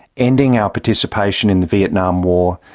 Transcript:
ending our participation in the vietnam war,